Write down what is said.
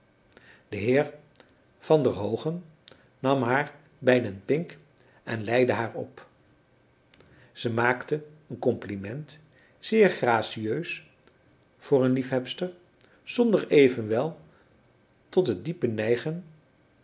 de heer van der hoogen nam haar bij den pink en leidde haar op zij maakte een compliment zeer gracieus voor een liefhebster zonder evenwel tot het diepe nijgen